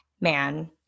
man